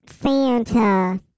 Santa